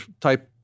type